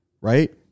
right